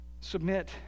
Submit